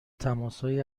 تماسهایی